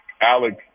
Alex